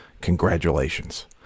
congratulations